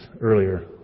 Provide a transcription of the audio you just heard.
earlier